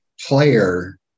player